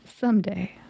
Someday